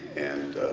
and